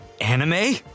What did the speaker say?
Anime